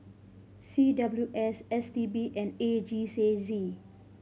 C W S S T B and A G Z C